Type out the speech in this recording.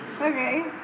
Okay